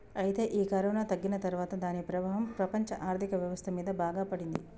అయితే ఈ కరోనా తగ్గిన తర్వాత దాని ప్రభావం ప్రపంచ ఆర్థిక వ్యవస్థ మీద బాగా పడింది